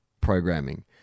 programming